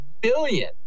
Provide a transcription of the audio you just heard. billion